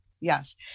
yes